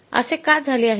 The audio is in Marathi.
असे का झाले आहे